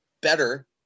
better